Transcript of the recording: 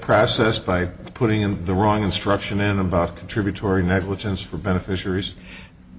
process by putting in the wrong instruction and about contributory negligence for beneficiaries